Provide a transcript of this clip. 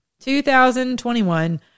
2021